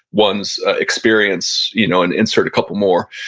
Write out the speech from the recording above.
one's experience, you know and insert a couple more.